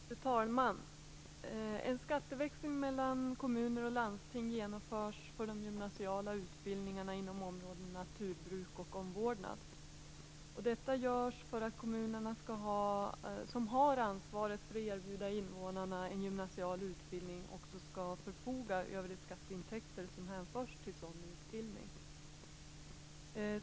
Fru talman! En skatteväxling mellan kommuner och landsting genomförs för de gymnasiala utbildningarna inom områdena naturbruk och omvårdnad. Detta görs för att kommunerna som har ansvaret för att erbjuda invånarna en gymnasial utbildning också skall förfoga över de skatteintäkter som hänförs till sådan utbildning.